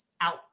out